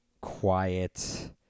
quiet